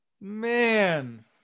Man